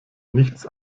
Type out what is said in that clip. nichts